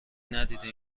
ندیده